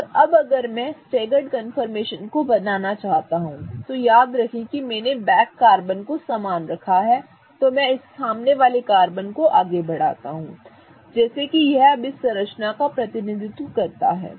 और अब अगर मैं स्टेगर्ड कन्फर्मेशन को बनाना चाहता हूं तो याद रखें कि मैंने बैक कार्बन को समान रखा हैऔर मैं सामने वाले कार्बन को आगे बढ़ाता हूं जैसे कि यह अब इस संरचना का प्रतिनिधित्व करता है